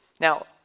Now